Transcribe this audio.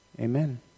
amen